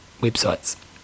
websites